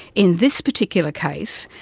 in this particular case,